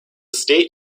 state